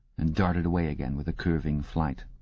and darted away again with a curving flight.